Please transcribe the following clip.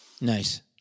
nice